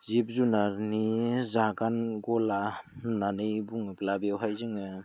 जिब जुनारनि जागोन गला होननानै बुङोब्ला बेवहाय जोङो